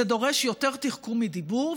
זה דורש יותר תחכום מדיבור,